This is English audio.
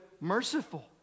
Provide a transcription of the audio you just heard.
merciful